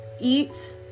eat